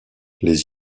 les